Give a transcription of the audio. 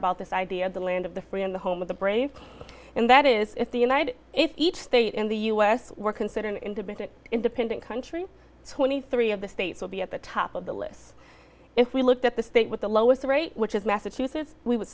about this idea the land of the free and the home of the brave and that is if the united if each state in the u s were considered an independent independent country twenty three dollars of the states would be at the top of the list if we looked at the state with the lowest rate which is massachusetts we would